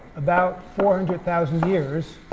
about four hundred thousand years